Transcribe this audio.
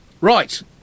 Right